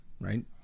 right